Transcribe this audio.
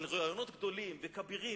אבל רעיונות גדולים וכבירים,